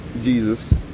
Jesus